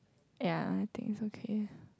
ya I think it's okay